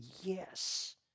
yes